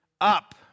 Up